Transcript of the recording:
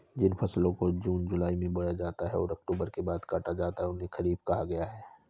जिन फसलों को जून जुलाई में बोया जाता है और अक्टूबर के बाद काटा जाता है उन्हें खरीफ कहा गया है